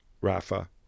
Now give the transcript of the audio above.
Rafa